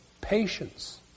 Patience